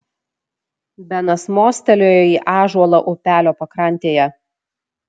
benas mostelėjo į ąžuolą upelio pakrantėje